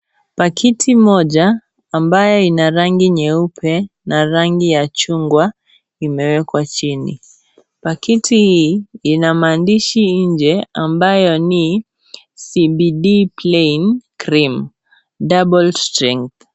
Pakiti moja ambaye ina rangi nyeupe, na rangi ya chungwa imewekwa chini. Pakiti hii ina maandishi nje ambayo ni CBD Pain Cream. Double Strength .